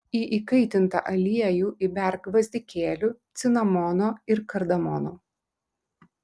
į įkaitintą aliejų įberk gvazdikėlių cinamono ir kardamono